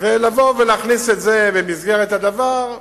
ולבוא ולהכניס את זה במסגרת הדבר,